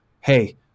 hey